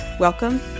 Welcome